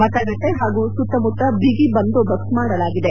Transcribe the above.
ಮತಗಟ್ಟೆ ಹಾಗೂ ಸುತ್ತಮುತ್ತ ಬಿಗಿ ಬಂದೋಬಸ್ತ್ ಮಾಡಲಾಗಿದೆ